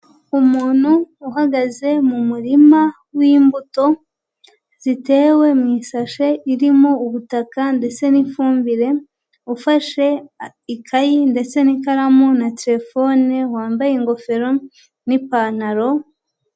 Umuntu uhagaze mu murima w'imbuto zitewe mu isashe irimo ubutaka ndetse n'ifumbire ufashe ikayi ndetse n'ikaramu na terefone wambaye ingofero n'ipantaro.